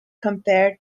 compare